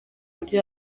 uburyo